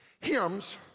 hymns